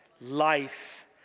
Life